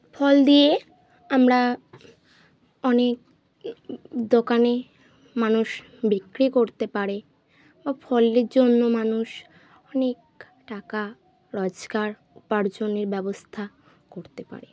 ফল দিয়ে আমরা অনেক দোকানে মানুষ বিক্রি করতে পারে বা ফলের জন্য মানুষ অনেক টাকা রোজগার উপার্জনের ব্যবস্থা করতে পারে